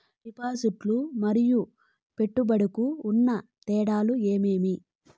డిపాజిట్లు లు మరియు పెట్టుబడులకు ఉన్న తేడాలు ఏమేమీ?